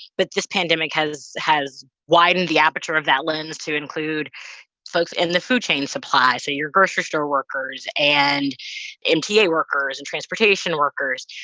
but this pandemic has has widened the aperture of that lens to include folks in the food chain supply, say, your grocery store workers and mta workers and transportation workers.